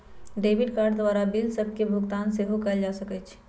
debit card द्वारा bill सभके भुगतान सेहो कएल जा सकइ छै